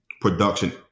production